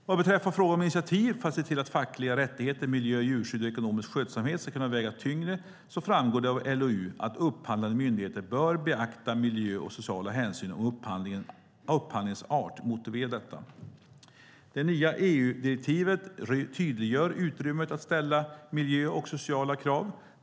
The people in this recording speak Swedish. Vad beträffar frågan om initiativ för att se till att fackliga rättigheter, miljö, djurskydd och ekonomisk skötsamhet ska kunna väga tyngre framgår det av LOU att upphandlande myndigheter bör beakta miljöhänsyn och sociala hänsyn om upphandlingens art motiverar detta. Det nya EU-direktivet tydliggör utrymmet att ställa miljökrav och sociala krav.